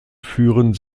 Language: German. führen